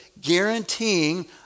guaranteeing